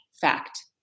fact